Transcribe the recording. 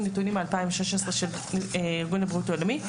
נתונים מ-2016 של ארגון הבריאות העולמית.